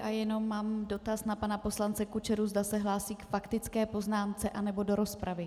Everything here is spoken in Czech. A jenom mám dotaz na pana poslance Kučeru, zda se hlásí k faktické poznámce, nebo do rozpravy.